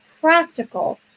practical